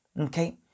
Okay